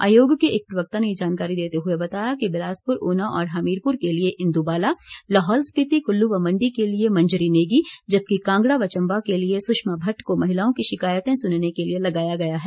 आयोग के एक प्रवक्ता ने ये जानकारी देते हुए बताया कि बिलासपुर ऊना और हमीरपुर के लिए इंदुबाला लाहौलस्पीति कुल्लू व मंडी के लिए मंजरी नेगी जबकि कांगड़ा व चम्बा के लिए सुषमा भट्ट को महिलाओं की शिकायतें सुनने के लिए लगाया गया है